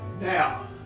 Now